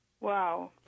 Wow